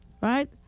Right